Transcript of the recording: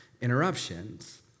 interruptions